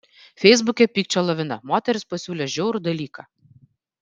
feisbuke pykčio lavina moteris pasiūlė žiaurų dalyką